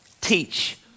Teach